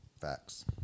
Facts